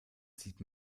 sieht